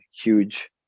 huge